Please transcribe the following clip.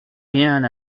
rien